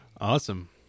Awesome